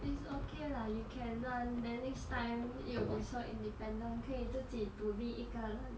it's okay lah you can learn then next time you will be so independent 可以自己独立一个人